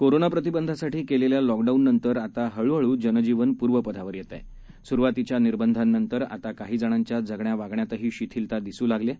कोरोनाप्रतिबंधासाठीकेलेल्यालॉकडाऊननंतर आताहळूहळूजनजीवनपूर्वपदावरयेतंय सुरुवातीच्यानिर्बधांनंतरआताकाहीजणांच्याजगण्या वागण्यातहीशिथिलतादिसूलागलीआहे